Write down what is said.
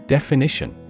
Definition